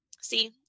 See